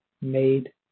made